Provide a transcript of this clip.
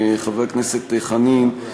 חבר הכנסת חנין,